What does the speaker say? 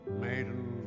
maiden